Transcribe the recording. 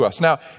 Now